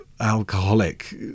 Alcoholic